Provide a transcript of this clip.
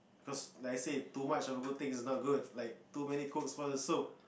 cause like I say too much of a good thing is not a good thing like too many cooks for a soup